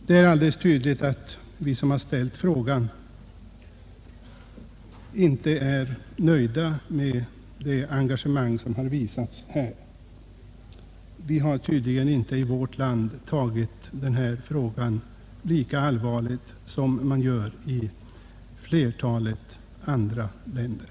Det är alldeles tydligt att vi frågeställare inte kan vara nöjda med det engagemang som visats. I vårt land tar man inte lika allvarligt på frågan om tobaksrökningen som man gör i flertalet andra länder.